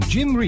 Jim